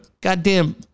goddamn